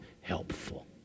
helpful